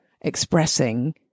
expressing